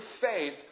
faith